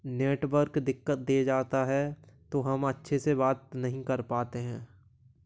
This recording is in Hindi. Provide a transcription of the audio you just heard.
नेटवर्क दिक्कत दे जाता है तो हम अच्छे से बात नहीं कर पाते हैं